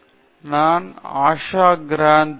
ஆஷா கிராந்தி நான் ஆஷா கிராந்தி